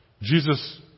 Jesus